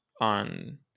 on